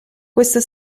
questo